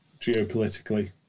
geopolitically